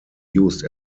used